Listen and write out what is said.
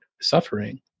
suffering